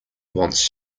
wants